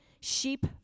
Sheep